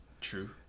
True